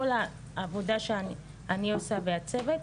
כל העבודה שאני עושה והצוות,